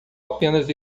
apenas